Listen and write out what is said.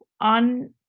on